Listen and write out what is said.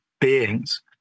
beings